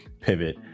pivot